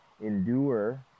Endure